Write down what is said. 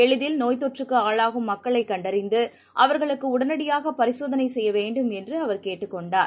எளிதில் நோய்த்தொற்றுக்குஆளாகும் மக்களைகண்டறிந்துஅவர்களுக்குஉடனடியாகபரிசோதனைசெய்யவேண்டும் என்றுஅவர் கேட்டுக் கொண்டார்